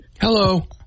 Hello